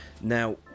now